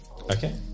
Okay